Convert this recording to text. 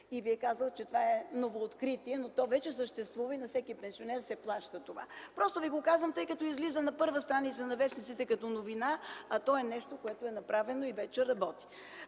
и Ви е казал, че това е новооткритие, но то вече съществува и на всеки пенсионер се плаща това. Просто ви го казвам, тъй като излиза на първа страница на вестниците като новина, а то е нещо, което вече е направено и вече работи.